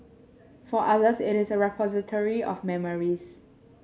for others it is a repository of memories